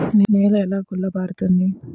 నేల ఎలా గుల్లబారుతుంది?